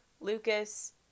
lucas